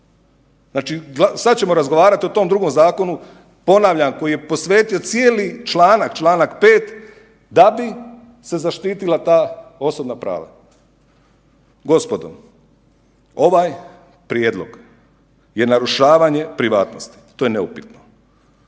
Znači sada ćemo razgovarati o tom drugom zakonu, ponavljam koji je posvetio cijeli članak čl. 5. da bi se zaštitila ta osobna prava. Gospodo, ovaj prijedlog je narušavanje privatnosti to je neupitno.